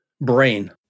brain